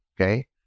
okay